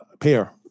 pair